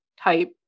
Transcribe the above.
type